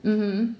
mm